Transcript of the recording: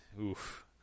oof